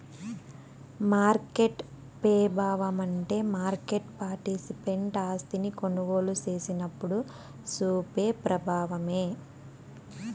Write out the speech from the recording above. market పెబావమంటే market participant ఆస్తిని కొనుగోలు సేసినప్పుడు సూపే ప్రబావమే